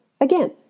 again